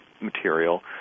material